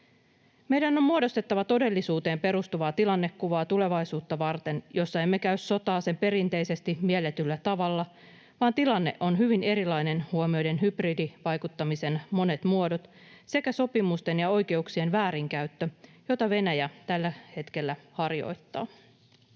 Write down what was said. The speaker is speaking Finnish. Meidän on muodostettava tulevaisuutta varten todellisuuteen perustuvaa tilannekuvaa, jossa emme käy sotaa perinteisesti mielletyllä tavalla vaan tilanne on hyvin erilainen huomioiden hybridivaikuttamisen monet muodot sekä sopimusten ja oikeuksien väärinkäyttö, jota Venäjä tällä hetkellä harjoittaa.